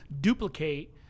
duplicate